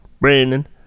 Brandon